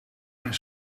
mijn